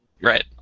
Right